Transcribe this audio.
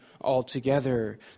altogether